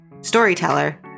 storyteller